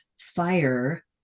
fire